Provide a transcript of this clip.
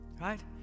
right